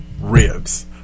ribs